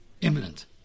Imminent